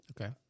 Okay